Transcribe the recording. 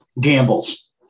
gambles